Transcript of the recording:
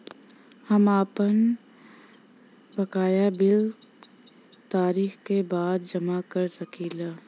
हम आपन बकाया बिल तारीख क बाद जमा कर सकेला?